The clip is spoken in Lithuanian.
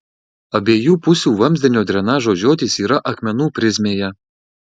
abiejų pusių vamzdinio drenažo žiotys yra akmenų prizmėje